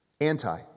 Anti